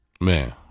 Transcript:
man